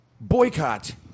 Boycott